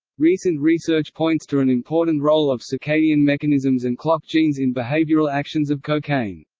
recent research points to an important role of circadian mechanisms and clock genes in behavioral actions of cocaine.